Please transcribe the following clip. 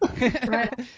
Right